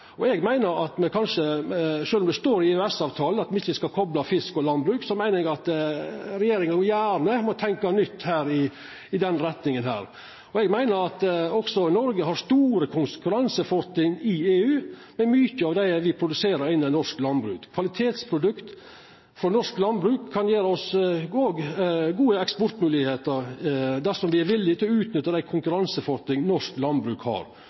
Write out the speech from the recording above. kvotar. Eg er heilt einig med Svein Roald Hansen frå Arbeidarpartiet, som tok til orde for at regjeringa må vera meir kreativ. Sjølv om det står i EØS-avtalen at me ikkje skal kopla fisk og landbruk, meiner eg at regjeringa gjerne må tenkja nytt i den retninga. Eg meiner også at Noreg har store konkurransefortrinn i EU med mykje av det me produserer innan norsk landbruk. Kvalitetsprodukt frå norsk landbruk kan også gje oss gode eksportmoglegheiter dersom me er villige til å utnytta dei konkurransefortrinna norsk landbruk